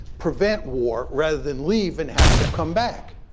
prevent war, rather than leave and have to come back?